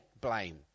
blame